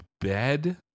bed